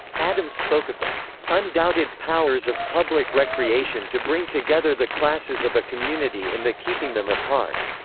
addams spoke of the undoubted powers of public recreation to bring together the classes of a community in the keeping them apart.